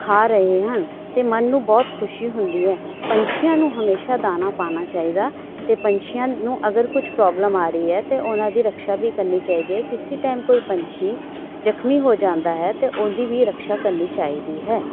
ਖਾ ਰਹੇ ਹਨ ਅਤੇ ਮਨ ਨੂੰ ਬਹੁਤ ਖੁਸ਼ੀ ਹੁੰਦੀ ਹੈ ਪੰਛੀਆਂ ਨੂੰ ਹਮੇਸ਼ਾ ਦਾਣਾ ਪਾਣਾ ਚਾਹੀਦਾ ਅਤੇ ਪੰਛੀਆਂ ਨੂੰ ਅਗਰ ਕੁਝ ਪ੍ਰੋਬਲਮ ਆ ਰਹੀ ਹੈ ਅਤੇ ਉਹਨਾਂ ਦੀ ਰਕਸ਼ਾ ਵੀ ਕਰਨੀ ਚਾਹੀਦੀ ਕਿਸੀ ਟਾਈਮ ਕੋਈ ਪੰਛੀ ਜ਼ਖਮੀ ਹੋ ਜਾਂਦਾ ਹੈ ਅਤੇ ਉਹਦੀ ਵੀ ਰਕਸ਼ਾ ਕਰਨੀ ਚਾਹੀਦੀ ਹੈ